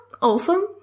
awesome